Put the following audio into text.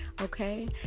okay